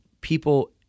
people –